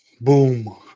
boom